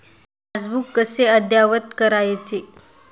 Passbook कसे अद्ययावत करायचे?